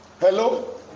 Hello